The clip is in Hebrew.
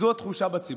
זאת התחושה בציבור.